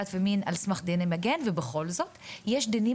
דת ומין על סמך דיני מגן ובכל זאת יש דינים